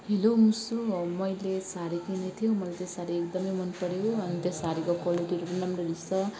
hello मुसु मैले साडी किनेको थियो मलाई त्यो साडी एकदम मन पर्यो अनि त्यो साडीको क्वालिटीहरू पनि राम्रो रहेछ